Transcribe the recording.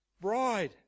bride